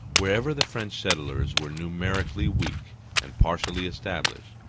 wherever the french settlers were numerically weak and partially established,